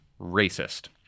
racist